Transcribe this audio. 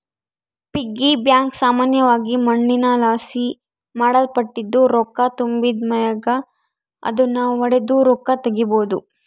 piggy bank ಸಾಮಾನ್ಯವಾಗಿ ಮಣ್ಣಿನಲಾಸಿ ಮಾಡಲ್ಪಟ್ಟಿದ್ದು, ರೊಕ್ಕ ತುಂಬಿದ್ ಮ್ಯಾಗ ಅದುನ್ನು ಒಡುದು ರೊಕ್ಕ ತಗೀಬೋದು